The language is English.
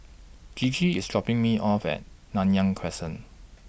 Gigi IS dropping Me off At Nanyang Crescent